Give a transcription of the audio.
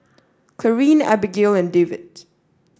Clarine Abigail and Dewitt